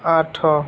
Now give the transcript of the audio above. ଆଠ